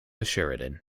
sheridan